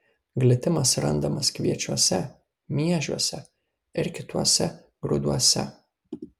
glitimas randamas kviečiuose miežiuose ir kituose grūduose